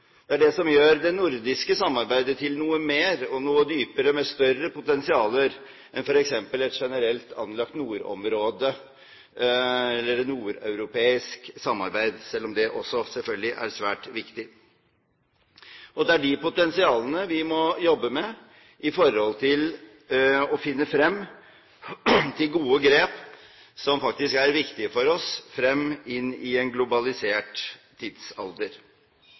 som gjør det nordiske samarbeidet til noe mer og noe dypere, med et større potensial enn f.eks. et generelt anlagt nordområde eller et nordeuropeisk samarbeid, selv om også det selvfølgelig er svært viktig. Det er dette potensialet vi må jobbe med for å finne frem til gode grep som er viktige for oss inn i en globalisert tidsalder.